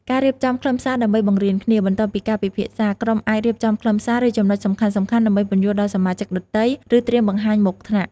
ការរៀបចំខ្លឹមសារដើម្បីបង្រៀនគ្នា បន្ទាប់ពីការពិភាក្សា ក្រុមអាចរៀបចំខ្លឹមសារ ឬចំណុចសំខាន់ៗដើម្បីពន្យល់ដល់សមាជិកដទៃ ឬត្រៀមបង្ហាញមុខថ្នាក់។